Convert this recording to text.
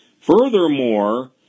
Furthermore